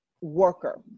worker